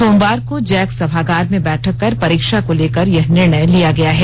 सोमवार को जैक सभागार में बैठक कर परीक्षा को लेकर यह निर्णय लिया गया है